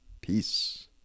Peace